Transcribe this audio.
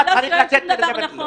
אתה צריך לתת לי לדבר.